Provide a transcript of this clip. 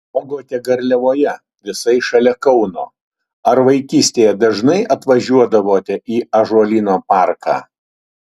augote garliavoje visai šalia kauno ar vaikystėje dažnai atvažiuodavote į ąžuolyno parką